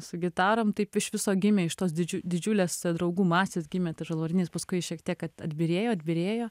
su gitarom taip iš viso gimė iš tos didžiu didžiulės draugų masės gimė tas žalvarinis paskui šiek tiek at atbyrėjo atbyrėjo